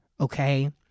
okay